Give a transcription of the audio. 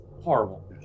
horrible